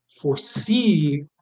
foresee